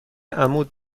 عمود